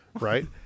right